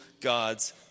God's